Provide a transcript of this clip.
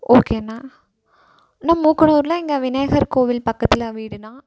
ஓகேண்ணா அண்ணா மூக்கனூரில் இங்கே விநாயகர் கோவில் பக்கத்தில் வீடுண்ணா